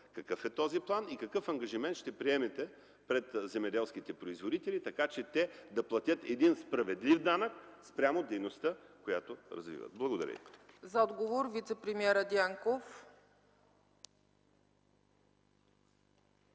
какъв е този план и какъв ангажимент ще приемете пред земеделските производители, така че те да платят един справедлив данък спрямо дейността, която развиват? Благодаря ви.